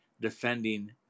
defending